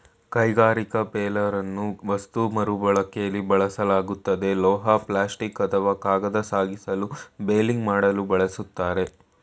ಕೈಗಾರಿಕಾ ಬೇಲರನ್ನು ವಸ್ತು ಮರುಬಳಕೆಲಿ ಬಳಸಲಾಗ್ತದೆ ಲೋಹ ಪ್ಲಾಸ್ಟಿಕ್ ಅಥವಾ ಕಾಗದ ಸಾಗಿಸಲು ಬೇಲಿಂಗ್ ಮಾಡಲು ಬಳಸ್ತಾರೆ